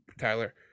Tyler